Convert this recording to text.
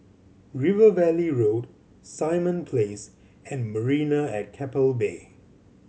River Valley Road Simon Place and Marina at Keppel Bay